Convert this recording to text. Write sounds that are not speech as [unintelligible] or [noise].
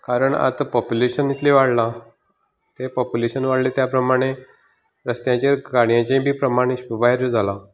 कारण आतां पोपुलेशन इतलें वाडलां तें पोपुलेशन वाडलां त्या प्रमाणें रस्त्याचेर गाडयांचें बी प्रमाण खूब [unintelligible] जालां